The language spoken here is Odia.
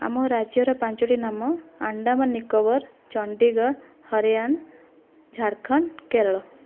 ଆମ ରାଜ୍ୟର ପାଞ୍ଚଟି ନାମ ଆଣ୍ଡାମନ ନିକୋବର ଚଣ୍ଡିଗଡ଼ ହରିୟାଣା ଝାଡ଼ଖଣ୍ଡ କେରଳ